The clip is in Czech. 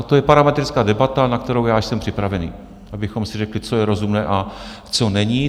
To je parametrická debata, na kterou já jsem připraven, abychom si řekli, co je rozumné a co není.